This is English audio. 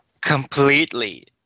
completely